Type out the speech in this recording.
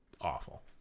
awful